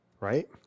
right